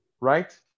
right